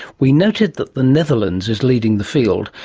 we noted that the netherlands is leading the field,